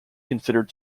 considered